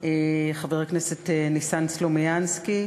חבר הכנסת ניסן סלומינסקי,